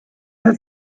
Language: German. hat